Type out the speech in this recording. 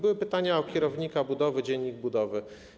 Były pytania o kierownika budowy i dziennik budowy.